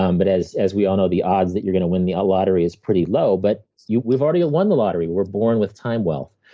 um but as as we all know, the odds that you're going to win the lottery is pretty low. but we've already won the lottery. we were born with time wealth.